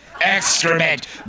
excrement